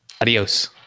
Adios